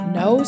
no